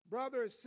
Brothers